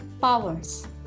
powers